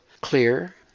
clear